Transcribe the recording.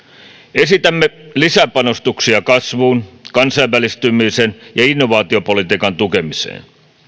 esitämme lisäpanostuksia kasvun kansainvälistymisen ja innovaatiopolitiikan tukemiseen